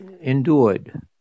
endured